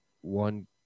one